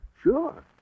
Sure